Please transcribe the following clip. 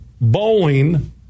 bowling